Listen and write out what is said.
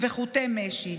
וחוטי משי".